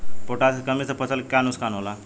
Potash के कमी से फसल के का नुकसान होला?